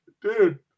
dude